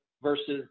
versus